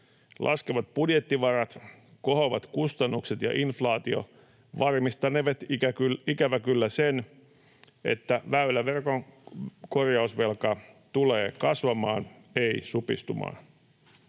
Laskevat budjettivarat, kohoavat kustannukset ja inflaatio varmistanevat ikävä kyllä sen, että väyläverkon korjausvelka tulee kasvamaan, ei supistumaan.